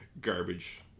garbage